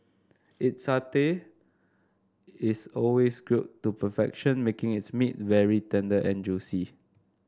its satay is always grilled to perfection making its meat very tender and juicy